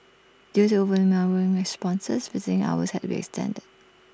due to overwhelming responses visiting hours had to be extended